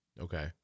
Okay